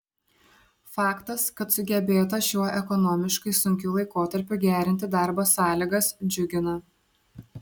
faktas kad sugebėta šiuo ekonomiškai sunkiu laikotarpiu gerinti darbo sąlygas džiugina